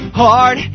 hard